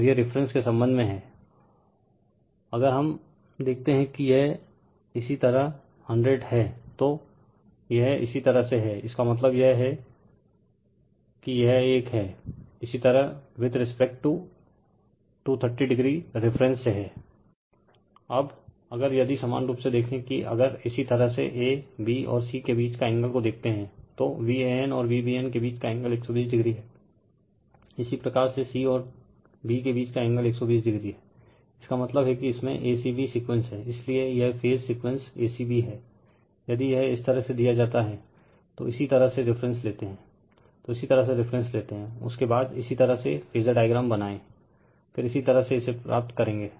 और यह रिफ़रेंस के संबंध में हैं अगर हम देखते हैं कि यह इसी तरह 100 हैं तो यह इसी तरह से हैं इसका मतलब यह हैं कि यह एक हैं इसी तरह with respect to 230o reference से हैं अब अगर यदि समान रूप से देखे कि अगर इसी तरह से abऔर c के बीच का एंगल को देखते हैं तो Van और Vbn के बीच का एंगल 120o हैंl इसी प्रकार से c और b के बीच का एंगल 120o हैंl इसका मतलब है कि इसमे a c b सीक्वेंस हैंl इसीलिए यह phase sequence a c b हैंl यदि यह इस तरह से दिया जाता हैंl तो इसी तरह से रिफरेन्स लेते हैं तो इसी तरह से रिफरेन्स लेते हैं उसके बाद इसी तरह से फेजर डायग्राम बनाये फिर इसी तरह इसे प्राप्त करेंगे